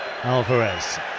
Alvarez